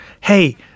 hey